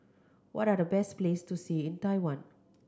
what are the best place to see in Taiwan